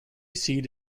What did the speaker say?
seat